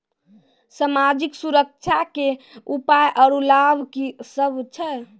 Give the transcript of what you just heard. समाजिक सुरक्षा के उपाय आर लाभ की सभ छै?